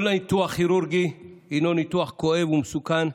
כל ניתוח כירורגי הוא ניתוח כואב ומסוכן,